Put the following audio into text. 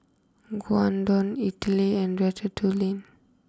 Gyudon Idili and Ratatouille